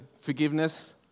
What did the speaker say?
forgiveness